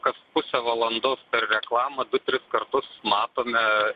kas pusę valandos per reklamą tris kartus matome